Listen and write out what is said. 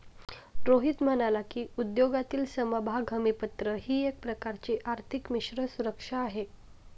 रोहित म्हणाला की, उद्योगातील समभाग हमीपत्र ही एक प्रकारची आर्थिक मिश्र सुरक्षा आहे